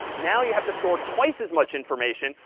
now you have to store twice as much information,